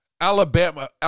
Alabama